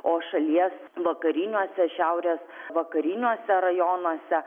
o šalies vakariniuose šiaurės vakariniuose rajonuose